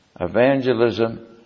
evangelism